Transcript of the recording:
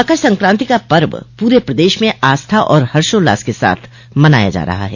मकर संक्रांति का पर्व पूरे प्रदेश में आस्था और हर्षोल्लास के साथ मनाया जा रहा है